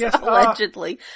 Allegedly